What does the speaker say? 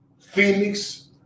Phoenix